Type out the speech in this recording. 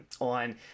on